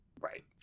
Right